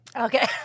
Okay